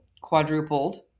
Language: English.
quadrupled